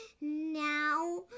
now